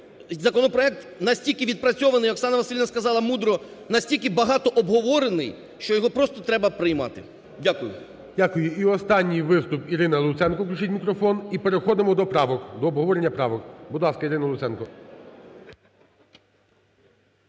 законопроект настільки відпрацьований, Оксана Василівна сказала мудро, настільки багато обговорений, що його просто треба приймати. Дякую. ГОЛОВУЮЧИЙ. Дякую. І останній виступ – Ірина Луценко, включіть мікрофон. І переходимо до правок, до обговорення правок. Будь ласка, Ірина Луценко.